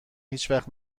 هیچوقت